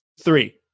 three